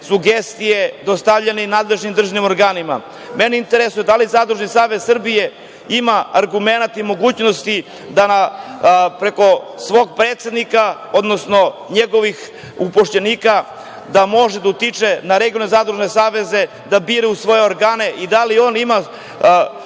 sugestije dostavljane i nadležnim državnim organima. Mene interesuje – da li Zadružni savez Srbije ima argumenata i mogućnosti da preko svog predsednika, odnosno njegovih upošljenika može da utiče na regionalne zadružne savezne da biraju svoje organe i da li on ima